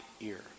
ear